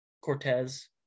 Cortez